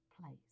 place